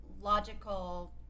logical